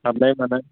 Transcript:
हाबनाय मानाय